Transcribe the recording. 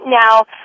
now